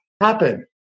happen